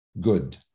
Good